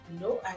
no